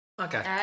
Okay